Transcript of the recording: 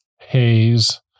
haze